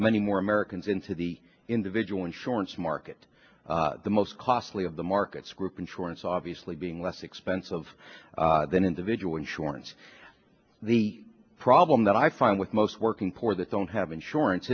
many more americans into the individual insurance market the most costly of the markets group insurance obviously being less expensive than individual insurance the problem that i find with most working poor that don't have insurance